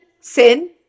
sin